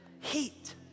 heat